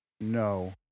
No